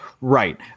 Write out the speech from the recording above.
right